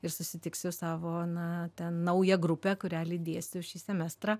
ir susitiksiu savo na ten naują grupę kurią lydėsiu šį semestrą